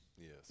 Yes